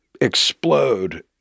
explode